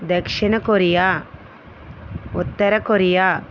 దక్షిణ కొరియా ఉత్తర కొరియా